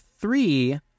three